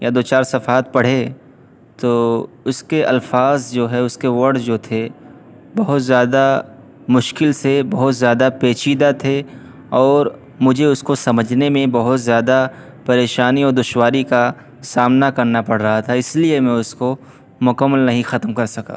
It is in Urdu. یا دو چار صفحات پڑھے تو اس کے الفاظ جو ہے اس کے ورڈ جو تھے بہت زیادہ مشکل سے بہت زیادہ پیچیدہ تھے اور مجھے اس کو سمجھنے میں بہت زیادہ پریشانی اور دشواری کا سامنا کرنا پڑ رہا تھا اس لیے میں اس کو مکمل نہیں ختم کر سکا